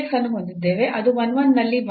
ಅದು 1 1 ನಲ್ಲಿ 1 ಬೈ 2